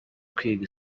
kwiga